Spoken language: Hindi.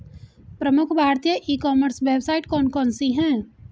प्रमुख भारतीय ई कॉमर्स वेबसाइट कौन कौन सी हैं?